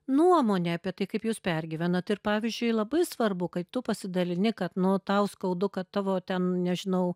nuomonė apie tai kaip jūs pergyvenat ir pavyzdžiui labai svarbu kaip tu pasidalini kad nu tau skaudu kad tavo ten nežinau